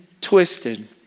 twisted